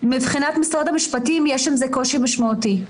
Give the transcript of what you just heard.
מבחינת משרד המשפטים יש עם זה קושי משמעותי.